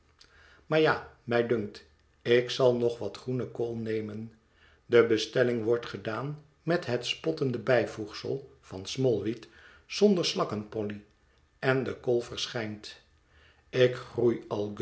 maar ja mij dunkt ik zal nog wat groene kool nemen de bestelling wordt gedaan met het spottende bijvoegsel van smallweed zonder slakken polly en de kool verschijnt ik groei